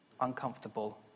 uncomfortable